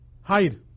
hide